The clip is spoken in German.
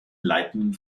leitenden